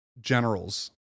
generals